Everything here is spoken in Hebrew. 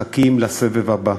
מחכים לסבב הבא.